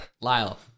Lyle